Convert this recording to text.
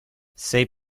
sei